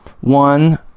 One